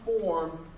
form